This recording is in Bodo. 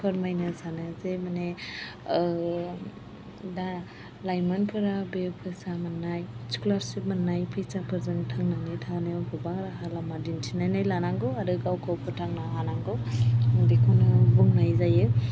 फोरमायनो सानो जे माने दा लाइमोनफोरा बे फैसा मोननाय स्क'लारशिप मोननाय फैसाफोरजों थांनानै थानायाव गोबां राहा लामा दिन्थिनानै लानांगौ आरो गावखौ फोथांनो हानांगौ बेखौनो बुंनाय जायो